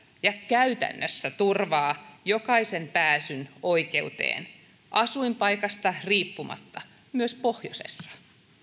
ja käytännössä turvaa jokaisen pääsyn oikeuteen asuinpaikasta riippumatta myös pohjoisessa